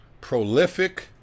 Prolific